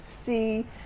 see